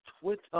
Twitter